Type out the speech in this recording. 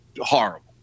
horrible